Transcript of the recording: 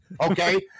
Okay